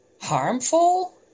harmful